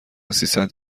سیصد